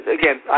again